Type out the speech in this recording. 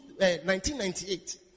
1998